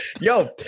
yo